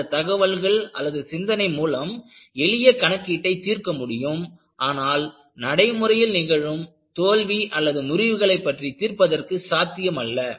அந்தத் தகவல்கள் சிந்தனை மூலம் எளிய கணக்கீட்டை தீர்க்க முடியும் ஆனால் நடைமுறையில் நிகழும் தோல்வி முறிவுகளை பற்றி தீர்ப்பதற்கு சாத்தியமல்ல